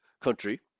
country